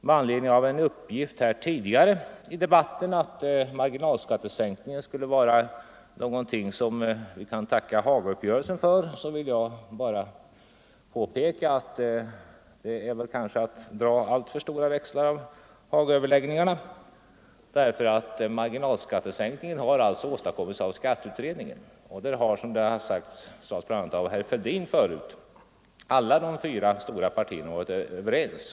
Med anledning av en uppgift tidigare i debatten att vi kan tacka Hagauppgörelsen för marginalskattesänkningen vill jag bara påpeka att det kanske är att dra alltför stora växlar på Hagaöverläggningarna. Förslaget till marginalskattesänkning har nämligen utarbetats av skatteutredningen, och i den har, som herr Fälldin framhållit, alla de fyra stora partierna varit överens.